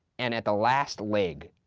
and at the last leg,